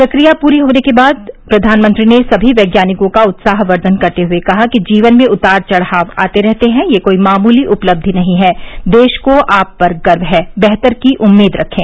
प्रक्रिया पूर्ण होने के पश्चात प्रधानमंत्री ने सभी वैज्ञानिकों का उत्साहवर्धन करते हुए कहा कि जीवन में उतार चढ़ाव आते रहते हैं यह कोई मामूली उपलब्धि नहीं है देश को आप पर गर्व है वेहतर की उम्मीद रखें